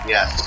Yes